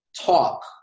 talk